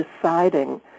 deciding